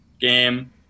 game